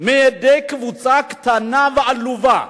מידי קבוצה קטנה ועלובה,